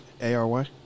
ary